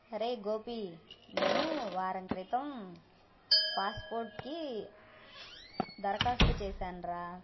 అరే గోపి నేను వారం క్రితం పాస్పోర్ట్కి దరఖాస్తు చేశానురా